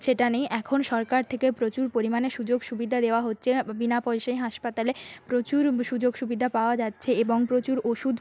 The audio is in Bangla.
সেটা নেই এখন সরকার থেকে প্রচুর পরিমানে সুযোগ সুবিধা দেওয়া হচ্ছে বিনা পয়সায় হাসপাতালে প্রচুর সুযোগ সুবিধা পাওয়া যাচ্ছে এবং প্রচুর ওষুধ